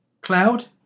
cloud